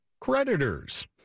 creditors